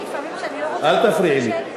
אל תפריעי לי.